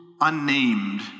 unnamed